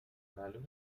معلوم